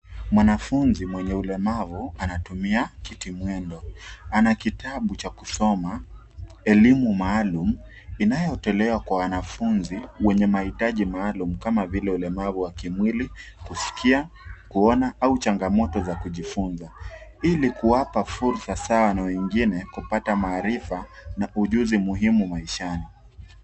Mwanafunzi mwenye ulemavu anatumia kitimwendo. Ana kitabu cha kusoma elimu maalum inayotolewa kwa wanafunzi wenye mahitaji maalum kama vile ulemavu wa kimwili, kuskia, kuona au changamoto za kujifunza. Ili kuwapa fursa sawa na wengine kupata maarifa na ujuzi maishani.